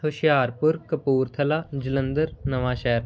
ਹੁਸ਼ਿਆਰਪੁਰ ਕਪੂਰਥਲਾ ਜਲੰਧਰ ਨਵਾਂ ਸ਼ਹਿਰ